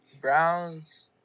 Browns